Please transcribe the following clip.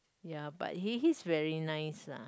ya but he he's very nice lah